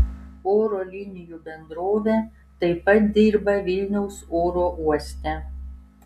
oro linijų bendrovė taip pat dirba vilniaus oro uoste